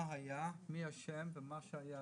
מה היה, מי אשם, מה שהיה